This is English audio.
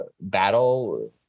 battle